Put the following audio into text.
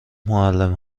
معلم